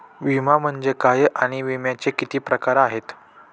विमा म्हणजे काय आणि विम्याचे किती प्रकार आहेत?